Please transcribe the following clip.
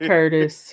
Curtis